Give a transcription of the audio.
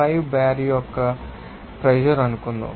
5 bar యొక్క pressure అనుకుందాం